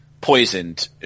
poisoned